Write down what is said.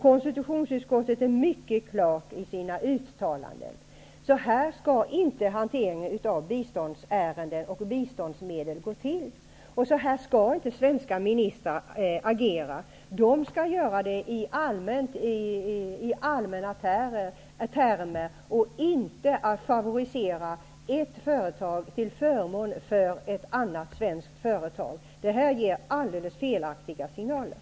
Konstitutionsutskottet uttalar sig mycket klart: Så här skall hanteringen av biståndsärenden och biståndsmedel gå till, och så här skall svenska ministrar inte agera. De skall agera i allmänna termer och får inte favorisera ett företag till förmån för ett annat svenskt företag. Det ger helt felaktiga signaler.